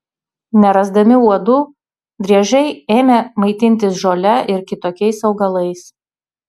nerasdami uodų driežai ėmė maitintis žole ir kitokiais augalais